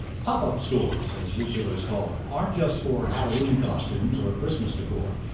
pop-up stores, as retailers call them, aren't just for halloween costumes or christmas decor.